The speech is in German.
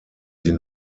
sie